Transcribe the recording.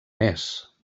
més